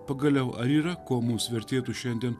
pagaliau ar yra ko mums vertėtų šiandien